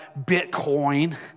Bitcoin